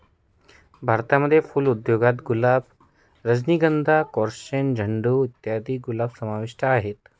भारतामध्ये फुल उद्योगात गुलाब, रजनीगंधा, कार्नेशन, झेंडू इत्यादी फुलं समाविष्ट आहेत